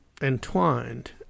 entwined